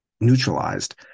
neutralized